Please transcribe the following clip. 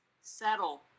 settle